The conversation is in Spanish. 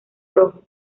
rojo